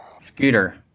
Scooter